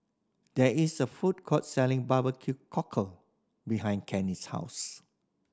there is a food court selling barbecue cockle behind Kerry's house